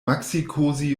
maxicosi